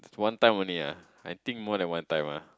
one time only ah I think more than one time ah